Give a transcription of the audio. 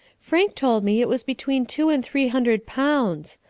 frank told me it was between two and three hundred pounds.